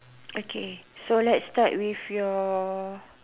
okay so let's start with your